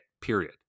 Period